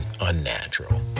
unnatural